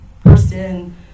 person